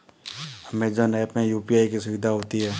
Amazon app में UPI की सुविधा होती है